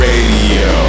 Radio